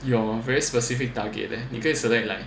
your very specific target leh 你可以 select like